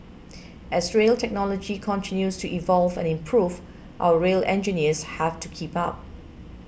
as rail technology continues to evolve and improve our rail engineers have to keep up